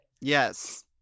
Yes